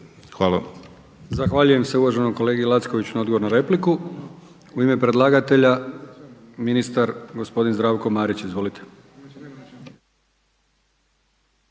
(HDZ)** Zahvaljujem se uvaženom kolegi Lackoviću na odgovor na repliku. U ime predlagatelja ministar gospodin Zdravko Marić. Izvolite.